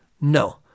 No